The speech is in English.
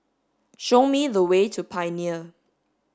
show me the way to Pioneer